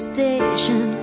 Station